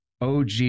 OG